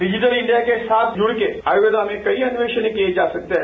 digital India के साथ जुड़ के आर्युवेदा में कई अन्वेषण किए जा सकते हैं